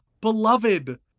beloved